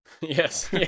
yes